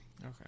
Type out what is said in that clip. Okay